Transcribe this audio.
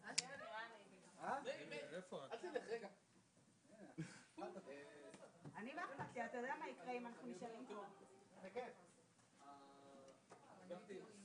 11:18.